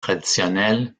traditionnelle